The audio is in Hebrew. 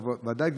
ודאי,